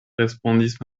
respondis